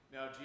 Now